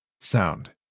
sound